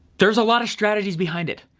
there's a lot of strategies behind it.